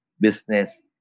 business